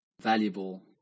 valuable